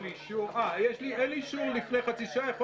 אין לי אישור לפני חצי שעה.